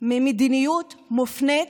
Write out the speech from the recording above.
ממדיניות מפלה,